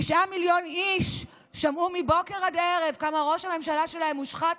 תשעה מיליון איש שמעו מבוקר עד ערב כמה ראש הממשלה שלהם מושחת,